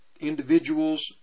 individuals